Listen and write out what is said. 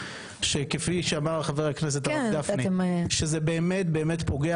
שכפי שאמר חבר הכנסת הרב גפני שזה באמת פוגע